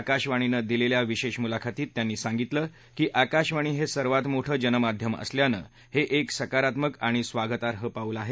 आकाशवाणीला दिलेल्या विशेष मुलाखतीत त्यांनी सांगितलं की आकाशवाणी हे सर्वात मोठं जनमाध्यम असल्यानं हे एक सकारात्मक आणि स्वागताई पाऊल आहे